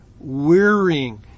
wearying